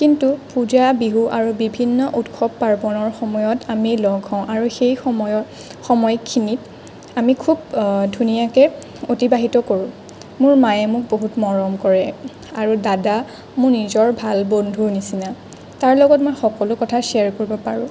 কিন্তু পূজা বিহু আৰু বিভিন্ন উৎসৱ পাৰ্বণৰ সময়ত আমি লগ হওঁ আৰু সেই সময়ত সময়খিনিত আমি খুব ধুনীয়াকৈ অতিবাহিত কৰোঁ মোৰ মায়ে মোক বহুত মৰম কৰে আৰু দাদা মোৰ নিজৰ ভাল বন্ধুৰ নিচিনা তাৰ লগত মই সকলো কথা শ্বেয়াৰ কৰিব পাৰোঁ